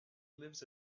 lives